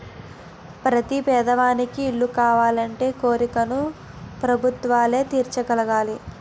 ప్రతి పేదవానికి ఇల్లు కావాలనే కోరికను ప్రభుత్వాలు తీర్చగలగాలి